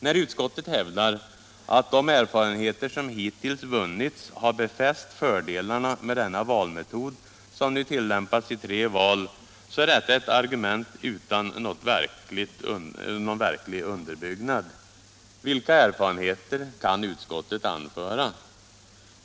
När utskottet hävdar att de erfarenheter som hittills vunnits har befäst fördelarna med denna valmetod, som nu tillämpats i tre val, är detta ett argument utan någon verklig underbyggnad. Vilka erfarenheter kan utskottet anföra?